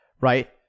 Right